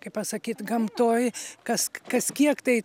kaip pasakyt gamtoj kas kas kiek tai